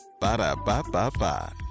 Ba-da-ba-ba-ba